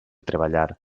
treballar